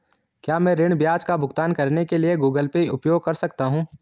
क्या मैं ऋण ब्याज का भुगतान करने के लिए गूगल पे उपयोग कर सकता हूं?